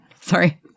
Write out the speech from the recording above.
Sorry